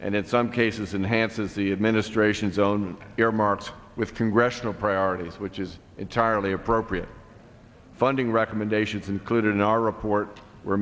and in some cases enhanced as the administration's own earmarks with congressional priorities which is entirely appropriate funding recommendations included in our report were